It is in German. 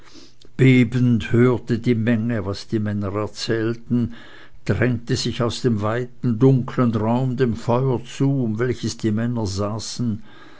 bebend hörte die menge was die männer erzählten drängte sich aus dem weiten dunkeln raume dem feuer zu um welches die männer saßen